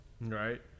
right